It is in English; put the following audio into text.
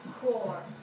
core